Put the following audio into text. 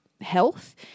health